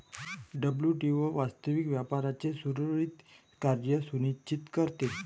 WTO वास्तविक व्यापाराचे सुरळीत कार्य सुनिश्चित करते